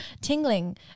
tingling